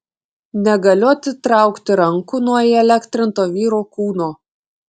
negaliu atitraukti rankų nuo įelektrinto vyro kūno